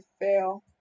fail